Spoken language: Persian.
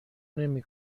نمی